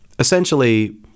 Essentially